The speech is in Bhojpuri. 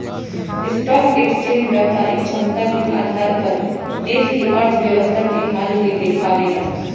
स्टॉक एक्सचेंज व्यापारिक क्षमता के आधार पर देश के अर्थव्यवस्था के हाल के देखावेला